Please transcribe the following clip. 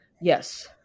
yes